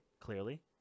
clearly